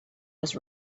was